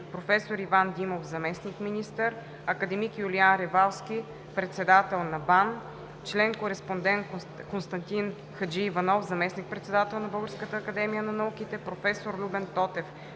проф. Иван Димов – заместник-министър, академик Юлиан Ревалски – председател на БАН, член-кореспондент Константин Хаджииванов – заместник-председател на Българската академия на науките, проф. Любен Тотев